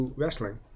wrestling